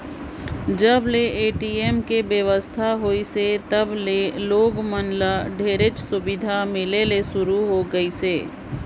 जब ले ए.टी.एम के बेवस्था होइसे तब ले लोग मन ल ढेरेच सुबिधा मिले ले सुरू होए गइसे